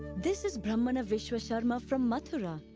this is brahmana vishva sarma from mathura,